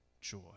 joy